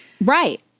Right